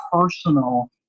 personal